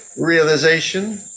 Realization